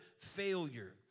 failure